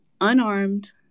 unarmed